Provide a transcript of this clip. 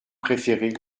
préféré